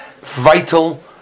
vital